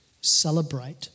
celebrate